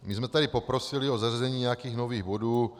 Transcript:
My jsme tady poprosili o zařazení nějakých nových bodů.